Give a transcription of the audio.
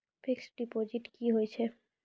Fixed deposit की होय छै?